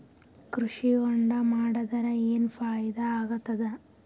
ಕೃಷಿ ಹೊಂಡಾ ಮಾಡದರ ಏನ್ ಫಾಯಿದಾ ಆಗತದ?